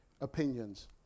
opinions